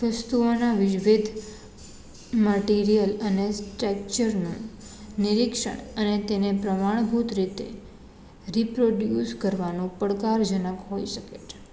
વસ્તુઓના વિવિધ મટિરિયલ અને સ્ટ્રક્ચરના નિરીક્ષણ અને તેને પ્રમાણભૂત રીતે રિપ્રોડ્યુસ કરવાનો પડકારજનક હોઇ શકે છે